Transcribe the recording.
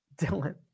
Dylan